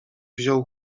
wziął